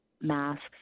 masks